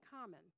common